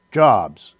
jobs